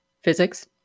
physics